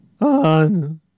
On